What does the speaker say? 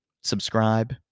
subscribe